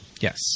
Yes